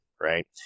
right